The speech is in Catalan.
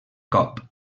cop